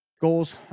goals